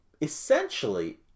essentially